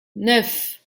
neuf